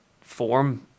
form